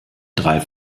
drei